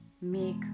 make